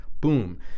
boom